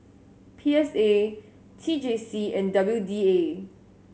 P S A T J C and W D A